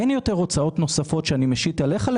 אין הוצאות נוספות שאני משית עליך,